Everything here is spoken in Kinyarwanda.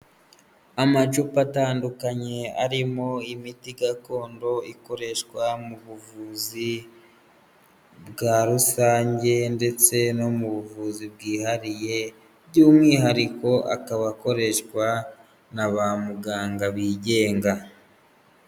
Amacupa atandukanye, arimo imiti gakondo ikoreshwa mu buvuzi bwa rusange ndetse no mu buvuzi bwihariye by'umwihariko akaba akoreshwa naba muganga bigenga.